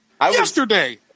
yesterday